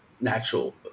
natural